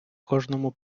кожному